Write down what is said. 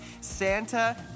Santa